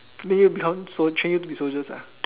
make you become so~ train you to be soldiers lah